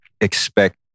expect